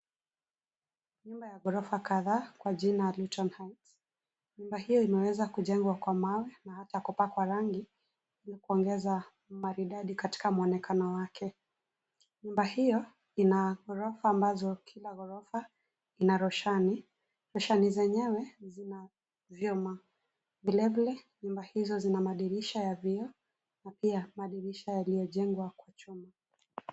Nyumba ya ghorofa kadhaa kwa jina Linton Heights . Nyumba hiyo imeweza kujengwa kwa mawe na hata kupakwa rangi, ilikuongeza, maridadi katika mwonekano wake. Nyumba hiyo, ina ghorofa ambazo kila ghorofa, ina roshani, roshani zenyewe, zina, vyuma. Vile vile, nyumba hizo zina madirisha ya vioo, na pia madirisha yaliyojengwa kwa chuma.